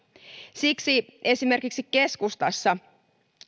siksi esimerkiksi keskustassa